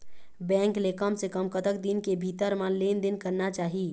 Bank ले कम से कम कतक दिन के भीतर मा लेन देन करना चाही?